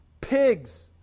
Pigs